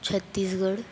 Chhattisgarh